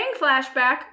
flashback